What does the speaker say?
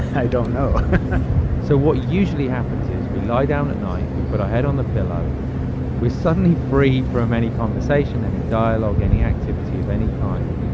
i don't know so what usually happens is we lie down at night. we put our head on the pillow we're suddenly free from any conversation, any dialogue, any activity of any kind.